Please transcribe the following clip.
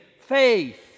faith